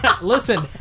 listen